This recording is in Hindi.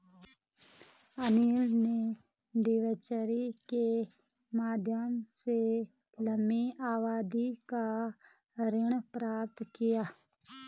अनिल ने डिबेंचर के माध्यम से लंबी अवधि का ऋण प्राप्त किया